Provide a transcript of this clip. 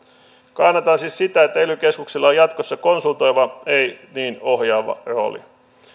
kannatan siis sitä että ely keskuksilla on jatkossa konsultoiva ei niin ohjaava rooli